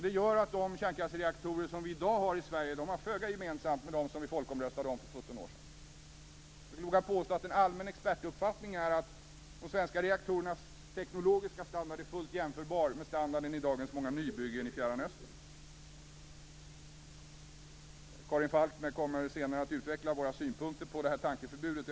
Det gör att de kärnkraftsreaktorer som vi i dag har i Sverige har föga gemensamt med dem som vi folkomröstade om för 17 år sedan. Jag skulle våga påstå att en allmän expertuppfattning är att de svenska reaktorernas teknologiska standard är fullt jämförbar med standarden i dagens många nybyggen i Fjärran Östern. Karin Falkmer kommer senare att utveckla våra synpunkter på tankeförbudet.